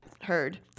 Heard